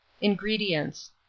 Ingredients